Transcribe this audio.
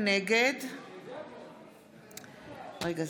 נגד אורי מקלב,